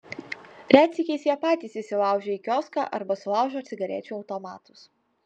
retsykiais jie patys įsilaužia į kioską arba sulaužo cigarečių automatus